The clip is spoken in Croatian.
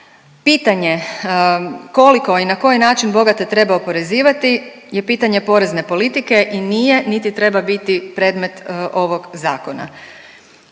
Pitanje, koliko i na koji način bogate treba oporezivati je pitanje porezne politike i nije, niti treba biti predmet ovog zakona.